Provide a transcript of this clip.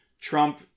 Trump